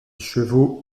chevaux